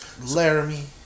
Laramie